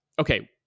Okay